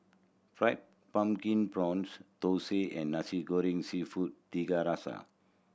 Fried Pumpkin Prawns thosai and Nasi Goreng Seafood Tiga Rasa